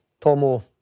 Tomo